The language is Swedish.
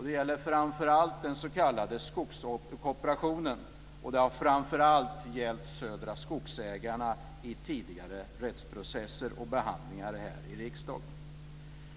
Det gäller framför allt den s.k. skogskooperationen, och det har särskilt gällt Södra Skogsägarna i tidigare rättsprocesser och behandlingar här i riksdagen.